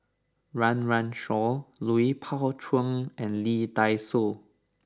Run Run Shaw Lui Pao Chuen and Lee Dai Soh